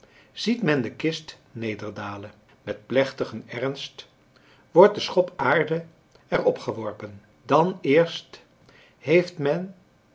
ziet men de kist nederdalen met plechtigen ernst wordt de schop aarde er op geworpen dan eerst heeft men